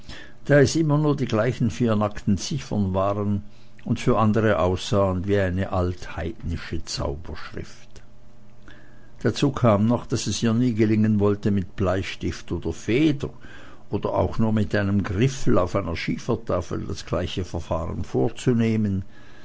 da es immer nur die gleichen vier nackten ziffern waren und für andere aussahen wie eine altheidnische zauberschrift dazu kam noch daß es ihr nie gelingen wollte mit bleistift oder feder oder auch nur mit einem griffel auf einer schiefertafel das gleiche verfahren vorzunehmen